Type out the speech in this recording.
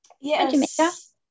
Yes